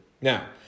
Now